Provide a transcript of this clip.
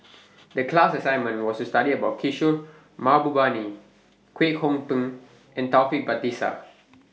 The class assignment was to study about Kishore Mahbubani Kwek Hong Png and Taufik Batisah